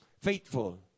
faithful